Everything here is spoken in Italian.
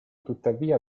tuttavia